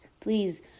Please